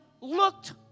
looked